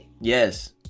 Yes